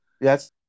Yes